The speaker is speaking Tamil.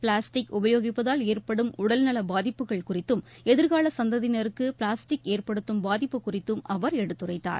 பிளாஸ்டிக் உபயோகிப்பதால் ஏற்படும் உடல்நல பாதிப்புகள் குறித்தும் எதிர்கால சந்ததியினருக்கு பிளாஸ்டிக் ஏற்படுத்தும் பாதிப்பு குறித்தும் அவர் எடுத்துரைத்தார்